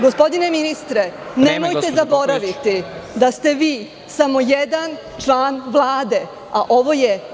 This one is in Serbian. Gospodine ministre, nemojte zaboraviti da ste vi samo jedan član Vlade, a ovo je parlament.